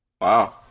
Wow